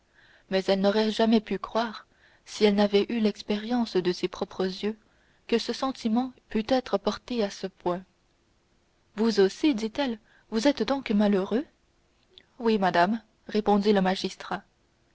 mais elle n'aurait jamais pu croire si elle n'avait eu l'expérience de ses propres yeux que ce sentiment pût être porté à ce point vous aussi dit-elle vous êtes donc malheureux oui madame répondit le magistrat